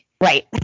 Right